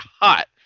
hot